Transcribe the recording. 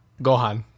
Gohan